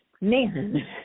man